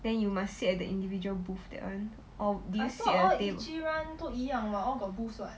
then you must sit at the individual booth that one or do you sit at